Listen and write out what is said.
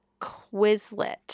Quizlet